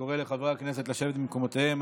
קורא לחברי הכנסת לשבת במקומותיהם.